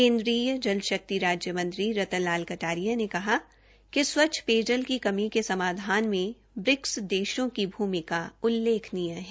केन्द्रीय जल शक्ति राज्य मंत्री रतन लाल कटारिया ने कहा कि स्वच्छ पेयजल की कमी के समाधान में ब्रिक्स देषों की भूमिका उल्लेखनीय है